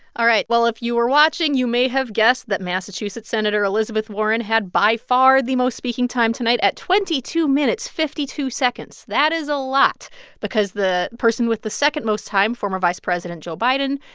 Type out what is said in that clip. all right. well, if you were watching, you may have guessed that massachusetts senator elizabeth warren had, by far, the most speaking time tonight at twenty two minutes, fifty two seconds. that is a lot because the person with the second-most time, former vice president joe biden,